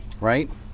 right